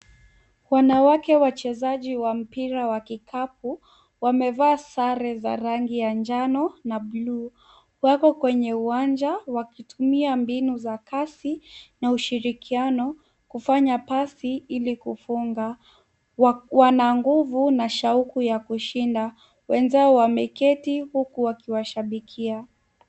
Wanawake wachezaji wa mpira wa kikapu wamevaa sare za rangi ya njano na buluu. Wako kwenye uwanja wakitumia mbiu za kasi na ushirikiano kufanya pasi ili kufunga. Wana nguvu na shauku ya kushinda. Wenzao wameketi huku wakiwashabikia.